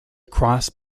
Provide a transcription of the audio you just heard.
cross